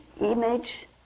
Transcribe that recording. image